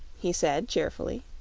he said, cheerfully,